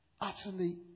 utterly